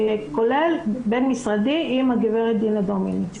כולל בין משרדי עם הגברת דינה דומיניץ.